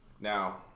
Now